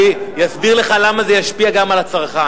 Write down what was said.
אני אסביר לך למה זה ישפיע גם על הצרכן,